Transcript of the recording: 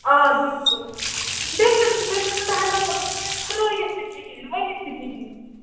آ بِلکُل بیٚیہِ چھُنہٕ بیٚیہِ چھَس نہٕ بہٕ ہیکان مطلب کٲنٛسہِ سٲیِتھ تہِ کِہیٖنۍ ؤنِتھ تہِ کِہیٖنۍ